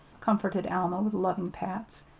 comforted alma, with loving pats.